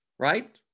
right